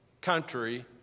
country